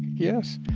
yes,